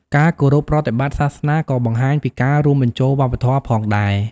ការគោរពប្រតិបត្តិសាសនាក៏បង្ហាញពីការរួមបញ្ចូលវប្បធម៌ផងដែរ។